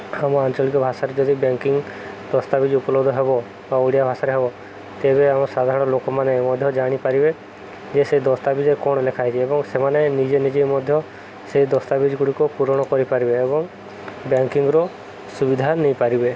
ଆମ ଆଞ୍ଚଳିକ ଭାଷାରେ ଯଦି ବ୍ୟାଙ୍କିଙ୍ଗ ଦସ୍ତାବିଜ ଉପଲବ୍ଧ ହେବ ବା ଓଡ଼ିଆ ଭାଷାରେ ହେବ ତେବେ ଆମ ସାଧାରଣ ଲୋକମାନେ ମଧ୍ୟ ଜାଣିପାରିବେ ଯେ ସେ ଦସ୍ତାବିଜ କ'ଣ ଲେଖା ହେଇଛି ଏବଂ ସେମାନେ ନିଜେ ନିଜେ ମଧ୍ୟ ସେ ଦସ୍ତାବିଜ ଗୁଡ଼ିକ ପୂରଣ କରିପାରିବେ ଏବଂ ବ୍ୟାଙ୍କିଙ୍ଗର ସୁବିଧା ନେଇପାରିବେ